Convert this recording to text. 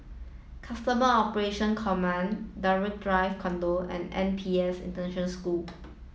Custom Operation Command Draycott Drive Condominium and N P S School